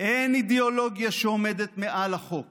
אין אידיאולוגיה שעומדת מעל החוק